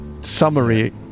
summary